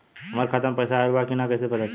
हमरे खाता में पैसा ऑइल बा कि ना कैसे पता चली?